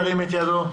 ירים את ידו.